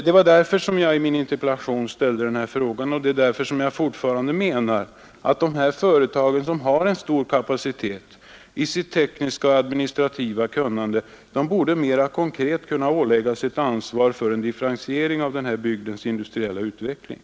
Det var därför som jag i min interpellation ställde denna fråga, och det är därför som jag fortfarande menar att detta företag som har stor kapacitet i sitt tekniska och administrativa kunnande borde mera konkret kunna åläggas ett ansvar för differentiering av bygdens industriella utveckling.